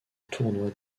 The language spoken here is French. tournoi